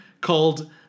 called